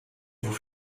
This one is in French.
vous